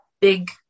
big